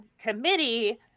committee